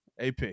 AP